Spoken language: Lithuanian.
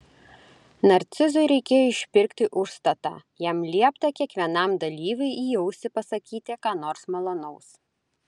narcizui reikėjo išpirkti užstatą jam liepta kiekvienam dalyviui į ausį pasakyti ką nors malonaus